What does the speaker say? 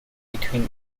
between